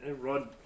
Rod